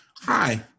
hi